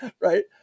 right